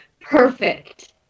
Perfect